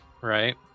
right